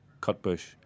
Cutbush